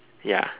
ya